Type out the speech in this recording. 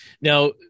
Now